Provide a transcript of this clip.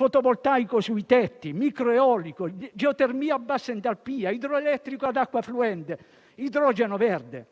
fotovoltaico sui tetti, microeolico, geotermia a bassa entalpia, idroelettrico ad acqua fluente, idrogeno verde.